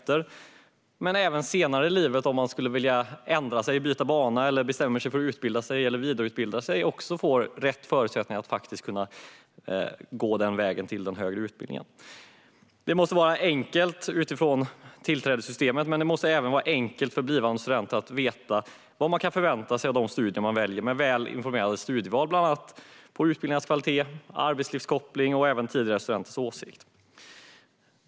Men även om man senare i livet skulle ändra sig - byta bana eller bestämma sig för att utbilda eller vidareutbilda sig - ska man få rätt förutsättningar att gå till högre utbildning. Tillträdessystemet måste vara enkelt. Det måste även vara enkelt för blivande studenter att veta vad man kan förvänta sig av de studier man väljer med väl informerade studieval när det gäller bland annat utbildningarnas kvalitet, arbetslivskoppling och även tidigare studenters åsikter.